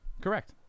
Correct